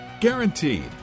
Guaranteed